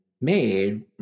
made